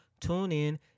TuneIn